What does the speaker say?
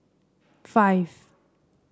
five